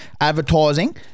Advertising